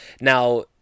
Now